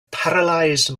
paralysed